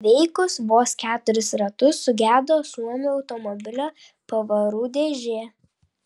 įveikus vos keturis ratus sugedo suomio automobilio pavarų dėžė